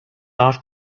off